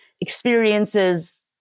experiences